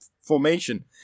formation